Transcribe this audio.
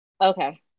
Okay